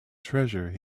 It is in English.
treasure